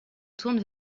tourne